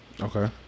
okay